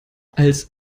als